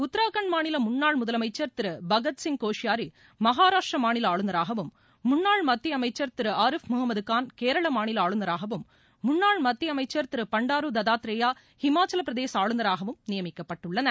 உத்தரகாண்ட் மாநில முன்னாள் முதலமைச்சர் திரு பகத் சிங் கோஷ்யாரி மகாராஷட்ரா மாநில ஆளுநராகவும் முன்னாள் மத்திய அமைச்சர் திரு ஆரிஃப் முகமத்கான் கேரள மாநில ஆளுநராகவும் முன்னாள் மத்திய அமைச்சர் திரு பண்டாரு தத்தாத்ரேயா இமாச்சல பிரதேச ஆளுநராகவும் நியமிக்கப்பட்டுள்ளனர்